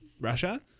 Russia